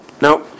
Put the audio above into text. Now